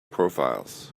profiles